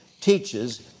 teaches